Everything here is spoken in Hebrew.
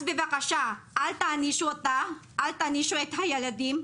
אז בבקשה, אל תענישו אותה, אל תענישו את הילדים.